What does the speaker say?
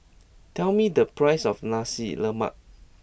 tell me the price of Nasi Lemak